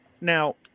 Now